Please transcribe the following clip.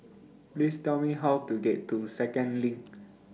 Please Tell Me How to get to Second LINK